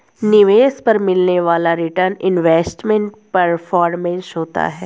निवेश पर मिलने वाला रीटर्न इन्वेस्टमेंट परफॉरमेंस होता है